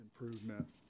improvement